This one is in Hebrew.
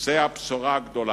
תצא הבשורה הגדולה.